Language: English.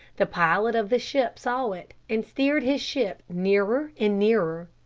the pilot of the ship saw it and steered his ship nearer and nearer.